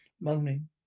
moaning